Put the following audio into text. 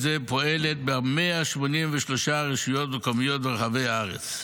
זה פועלת ב-183 רשויות מקומיות ברחבי הארץ.